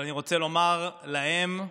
אני רוצה לומר להם,